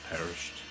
perished